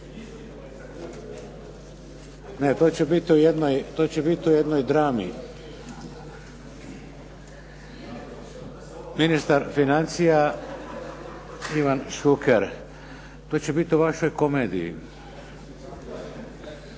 Ne, to će biti u jednoj drami. Ministar financija, Ivan Šuker. To će biti u vašoj komediji.